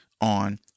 on